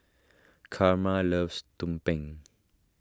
Karma loves Tumpeng